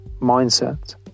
mindset